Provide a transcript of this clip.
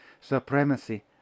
supremacy